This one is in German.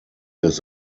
des